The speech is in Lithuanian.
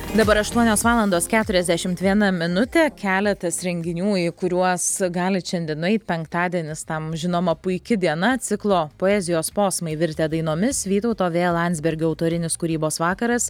dabar aštuonios valandos keturiasdešimt viena minutė keletas renginių į kuriuos galit šiandien nueit penktadienis tam žinoma puiki diena ciklo poezijos posmai virtę dainomis vytauto v landsbergio autorinis kūrybos vakaras